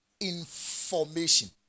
Information